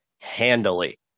handily